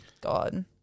God